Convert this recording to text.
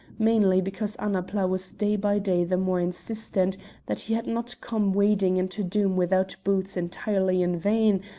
mainly because annapla was day by day the more insistent that he had not come wading into doom without boots entirely in vain,